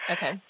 Okay